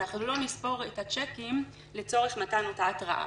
אנחנו לא נספור את הצ'קים לצורך מתן אותה התראה.